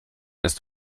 ist